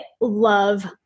love